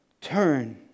turn